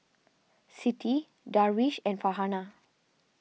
Siti Darwish and Farhanah